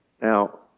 Now